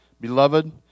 beloved